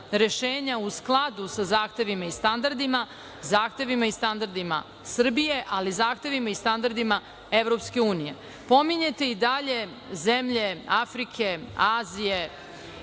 u skladu sa zahtevima i standardima, zahtevima i standardima Srbije, ali i zahtevima i standardima EU.Pominjete i dalje zemlje Afrike, Azije.